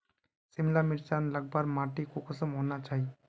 सिमला मिर्चान लगवार माटी कुंसम होना चही?